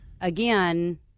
again